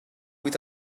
with